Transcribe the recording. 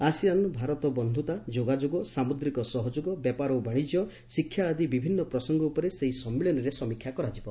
ASEAN Bharat ବନ୍ଧୁତା ଯୋଗାଯୋଗ ସାମୁଦ୍ରିକ ସହଯୋଗ ବେପାର ଓ ବାଣିଜ୍ୟ ଶିକ୍ଷା ଆଦି ବିଭିନ୍ନ ପ୍ରସଙ୍ଗ ଉପରେ ସେହି ସମ୍ମିଳନୀରେ ସମୀକ୍ଷା କରାଯିବ